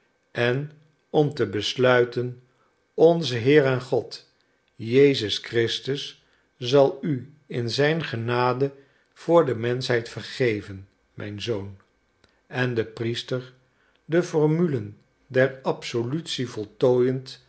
en om te besluiten onze heer en god jezus christus zal u in zijn genade voor de menschheid vergeven mijn zoon en de priester de formulen der absolutie voltooiend